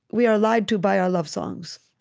we are lied to by our love songs.